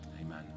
Amen